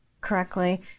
correctly